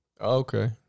Okay